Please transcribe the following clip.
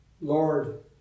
Lord